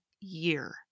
year